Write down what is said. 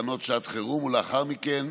בתקנות שעת החירום ולאחר מכן